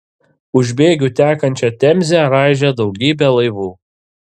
už bėgių tekančią temzę raižė daugybė laivų